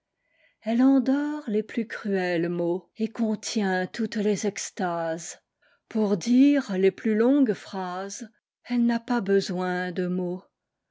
elle endort les plus cruels mauxet contient toutes les extases pour dire les plus longues phrases elle n'a pas besoin de mots